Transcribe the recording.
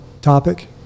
topic